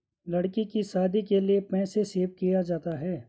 लड़की की शादी के लिए पैसे सेव किया जाता है